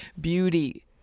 beauty